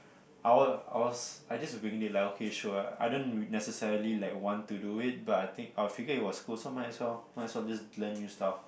I was I was I just winged it like okay sure I didn't necessarily like want to do it but I think I figured it was cool so might as well might as well just learn new stuff